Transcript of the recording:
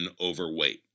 overweight